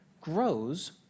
grows